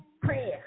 prayer